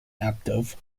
active